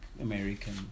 American